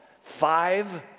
five